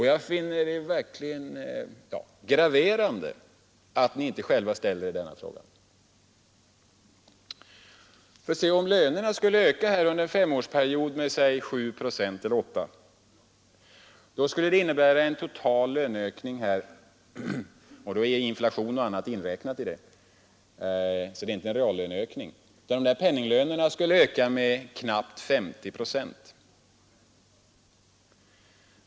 Jag finner det verkligen graverande att ni inte själva ställer denna fråga. Om lönerna under en femårsperiod skulle öka med säg 7 eller 8 procent, skulle det innebära en total löneökning — däri är då inflation och annat inräknat; det är alltså inte en reallöneökning — med knappt 50 procent.